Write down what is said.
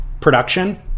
production